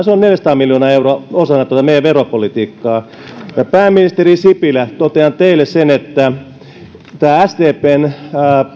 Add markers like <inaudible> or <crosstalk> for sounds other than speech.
<unintelligible> se on neljäsataa miljoonaa euroa osana meidän veropolitiikkaa pääministeri sipilä totean teille sen että tämä sdpn